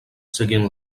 seguint